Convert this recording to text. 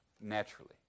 naturally